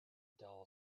dull